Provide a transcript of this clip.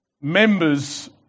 members